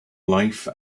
life